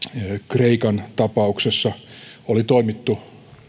kreikan tapauksessa oli toimittu